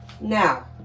Now